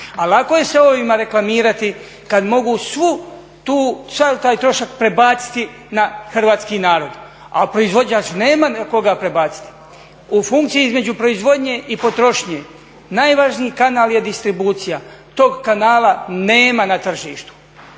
A lako je se ovima reklamirati kad mogu sav taj trošak prebaciti na hrvatski narod, a proizvođač nema na koga prebaciti. U funkciji između proizvodnje i potrošnje najvažniji kanal je distribucija. Tog kanala nema na tržištu,